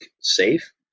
safe